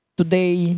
today